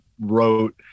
wrote